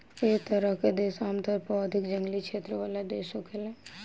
एह तरह के देश आमतौर पर अधिक जंगली क्षेत्र वाला देश होखेला